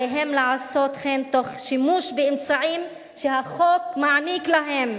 עליהם לעשות כן תוך שימוש באמצעים שהחוק מעניק להם.